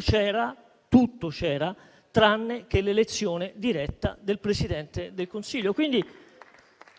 c'era tutto tranne che l'elezione diretta del Presidente del Consiglio.